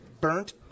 Burnt